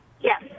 Yes